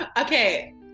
Okay